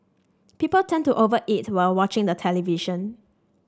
people tend to over eat while watching the television